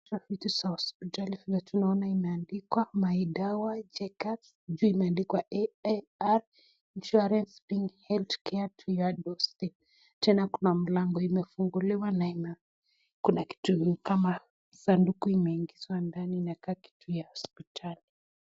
Pakiti za hospitali venye tunaona imeandikwa my dawa , juu imeandikwa aar insurance tena kuna mlango imegunguliwa na kuna kitu ni kama sanduku imeingizwa ndani inakaa kitu ya hospitali.